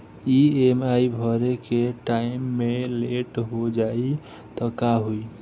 EMI भरे के time मे लेट हो जायी त का होई?